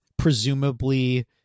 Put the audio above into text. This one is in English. presumably